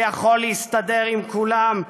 ויכול להסתדר עם כולם,